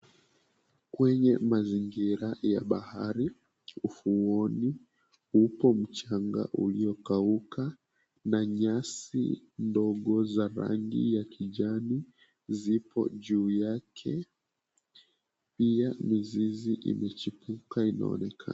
Kwenye mazingira ya bahari ufuoni, upo mchanga uliokauka na nyasi ndogo za rangi ya kijani zipo juu yake, pia mizizi imechipuka inaonekana.